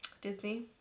Disney